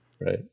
Right